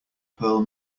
pearl